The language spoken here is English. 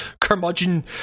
curmudgeon